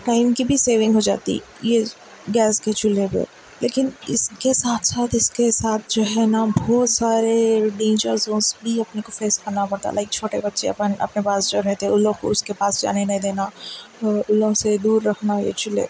time کی بھی saving ہو جاتی یہ گیس کے چولہے پہ لیکن اس کے ساتھ ساتھ اس کے ساتھ جو ہے نا بہت سارے ڈینجر زونس بھی اپنے کو فیس کرنا پڑتا لائک چھوٹے بچے اپن اپنے پاس جو رہتے ان لوگ کو اس کے پاس جانے نہیں دینا وہ ان لوگ سے دور رکھنا یہ چولہے